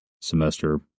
semester